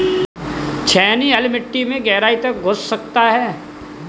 छेनी हल मिट्टी में गहराई तक घुस सकता है